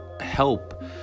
help